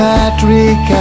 Patrick